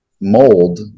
mold